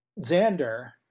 Xander